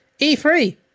E3